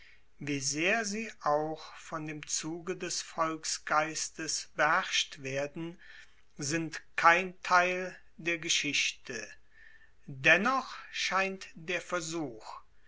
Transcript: wie sehr sie auch von dem zuge des volksgeistes beherrscht werden sind kein teil der geschichte dennoch scheint der versuch